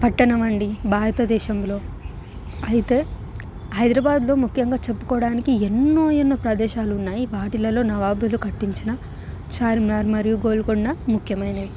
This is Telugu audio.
పట్టణమండి భారతదేశంలో ఐతే హైదరాబాదులో ముఖ్యంగా చెప్పు కోవడానికి ఎన్నో ఎన్నో ప్రదేశాలు ఉన్నాయి వాటిలో నవాబులు కట్టించిన చార్మినార్ మరియు గోల్కొండ ముఖ్యమైన